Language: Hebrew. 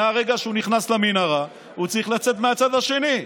ומהרגע שהוא נכנס למנהרה הוא צריך לצאת מהצד השני.